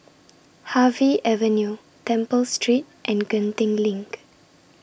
Harvey Avenue Temple Street and Genting LINK